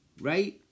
Right